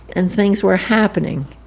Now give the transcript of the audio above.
and things were happening.